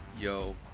Yo